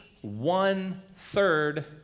one-third